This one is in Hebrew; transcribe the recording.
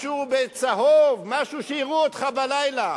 משהו צהוב, משהו שיראו אותך בלילה.